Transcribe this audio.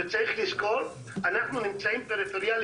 צריך לזכור שאנחנו נמצאים בפריפריה,